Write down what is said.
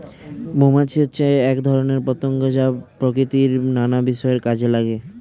মৌমাছি হচ্ছে এক ধরনের পতঙ্গ যা প্রকৃতির নানা বিষয়ে কাজে লাগে